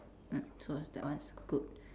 mm so that one is good